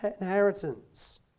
inheritance